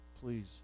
please